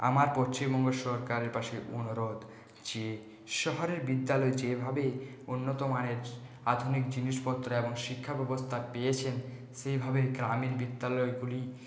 আমার পশ্চিমবঙ্গ সরকারের পাশে অনুরোধ যে শহরের বিদ্যালয়ে যেভাবে উন্নতমানের আধুনিক জিনিসপত্র এবং শিক্ষাব্যবস্থা পেয়েছেন সেভাবে গ্রামের বিদ্যালয় গুলি